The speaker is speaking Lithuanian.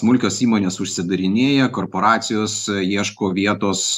smulkios įmonės užsidarinėja korporacijos ieško vietos